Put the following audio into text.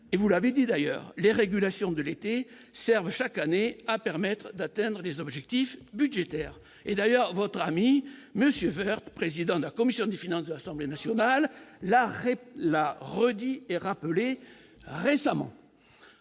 et vous l'avez dit, d'ailleurs les régulations de l'été servis chaque année à permettre d'atteindre les objectifs budgétaires et d'ailleurs, votre ami, monsieur Woerth, président de la commission des finances de l'Assemblée nationale, la réponse la redit et rappelé récemment